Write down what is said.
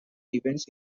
events